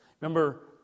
Remember